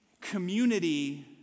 Community